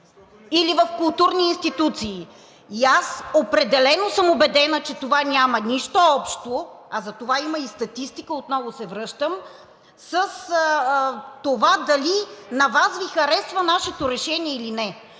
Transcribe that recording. или в културни институции. Аз определено съм убедена, че това няма нищо общо, а затова има и статистика, отново се връщам, с това дали на Вас Ви харесва нашето решение или не.